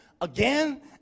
again